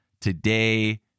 today